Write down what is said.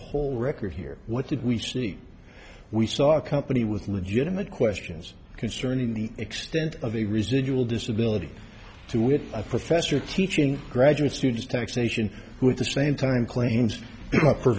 whole record here what did we seek we saw a company with rigid image questions concerning the extent of the residual disability too with a professor teaching graduate students taxation with the same time claims